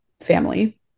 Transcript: family